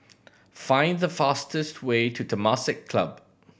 find the fastest way to Temasek Club